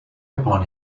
upon